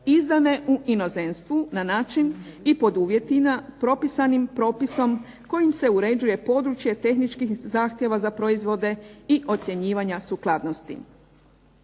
izdane u inozemstvu na način i podu uvjetima propisanim propisom kojim se uređuje područje tehničkih zahtjeva za proizvode i ocjenjivanja sukladnosti.